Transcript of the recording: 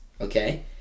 Okay